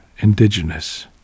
indigenous